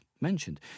mentioned